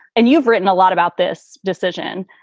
and you've written a lot about this decision.